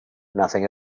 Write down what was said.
nothing